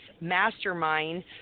mastermind